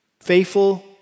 Faithful